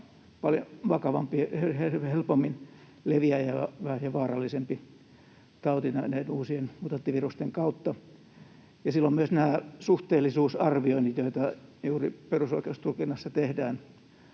paljon vakavampi, helpommin leviävä ja vaarallisempi tauti näiden uusien mutanttivirusten kautta, ja silloin tehdään myös nämä suhteellisuusarvioinnit, joita juuri perusoikeustulkinnassa tehdään: